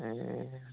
ए